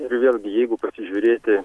ir vėlgi jeigu pasižiūrėti